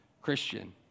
Christian